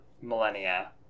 millennia